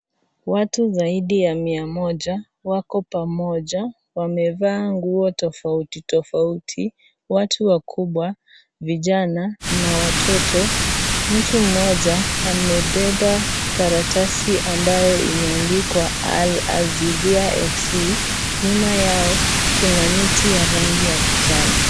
Watu zaidi ya mia moja, wako pamoja, wamevaa nguo tofauti tofauti, watu wakubwa, vijana, na watoto, mtu mmoja, amebeba karatasi ambayo imeandikwa, R Azizia FC, nyuma yao, kuna miti ya rangi ya kijani.